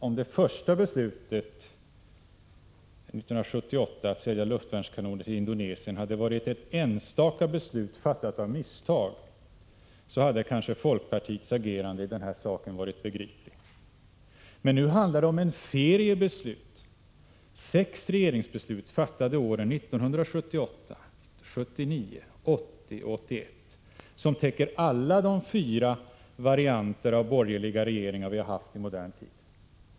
Om det första beslutet 1978 om att sälja luftvärnskanoner till Indonesien hade varit ett enstaka beslut, fattat av misstag, hade kanske folkpartiets agerande i den här frågan varit begripligt. Men det handlar om en serie beslut, sex regeringsbeslut, fattade åren 1978, 1979, 1980 och 1981, som täcker alla de fyra varianter av borgerliga regeringar som vi har haft i modern tid.